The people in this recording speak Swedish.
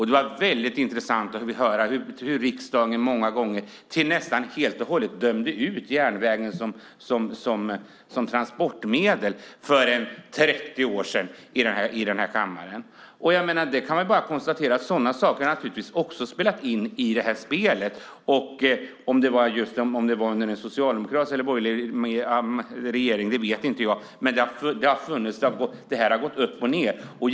Det var intressant att höra hur riksdagen för ungefär 30 år sedan i kammaren många gånger nästan helt dömde ut järnvägen som transportmedel. Sådana saker har naturligtvis också haft betydelse i det här spelet. Om det skedde under en socialdemokratisk eller borgerlig regering vet jag inte, men det har gått upp och ned.